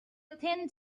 thin